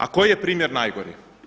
A koji je primjer najgori?